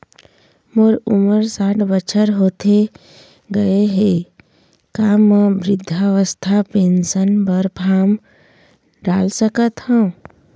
मोर उमर साठ बछर होथे गए हे का म वृद्धावस्था पेंशन पर फार्म डाल सकत हंव?